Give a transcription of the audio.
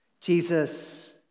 Jesus